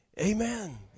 Amen